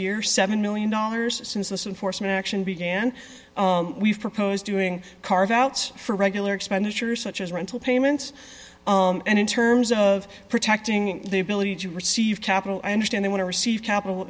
year seven million dollars since this unfortunate action began we've proposed doing carve outs for regular expenditures such as rental payments and in terms of protecting the ability to receive capital i understand they want to receive capital